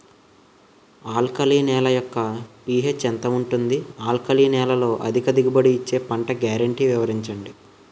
Alkali నేల యెక్క pH ఎంత ఉంటుంది? ఆల్కలి నేలలో అధిక దిగుబడి ఇచ్చే పంట గ్యారంటీ వివరించండి?